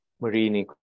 marine